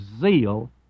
zeal